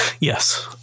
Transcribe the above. yes